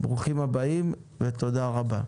ברוכים הבאים ותודה רבה.